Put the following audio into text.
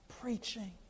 preaching